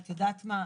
את יודעת מה?